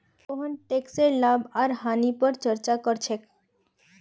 सोहन टैकसेर लाभ आर हानि पर चर्चा कर छेक